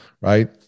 right